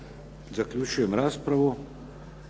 Zaključujem raspravu.